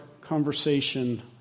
conversation